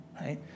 right